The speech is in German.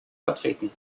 vertreten